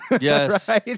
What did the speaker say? Yes